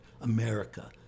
America